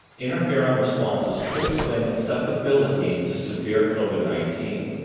interferon responses could explain susceptibility to severe covid nineteen,